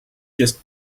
just